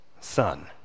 son